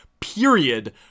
period